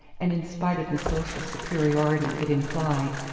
and in spite of the social superiority it implied,